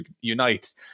unite